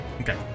Okay